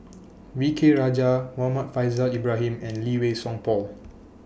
V K Rajah Muhammad Faishal Ibrahim and Lee Wei Song Paul